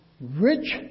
rich